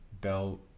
Belt